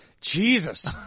Jesus